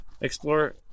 explore